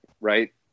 right